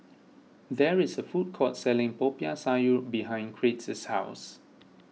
there is a food court selling Popiah Sayur behind Crete's house